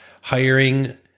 hiring